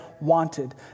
wanted